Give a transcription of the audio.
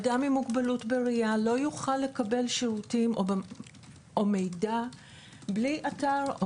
אדם עם מוגבלות בראייה לא יוכל לקבל שירותים או מידע בלי אתר,